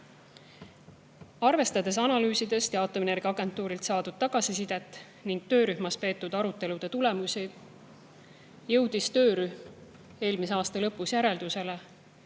Arvestades analüüsidest ja aatomienergiaagentuurilt saadud tagasisidet ning töörühmas peetud arutelude tulemusi, jõudis töörühm eelmise aasta lõpus järeldusele,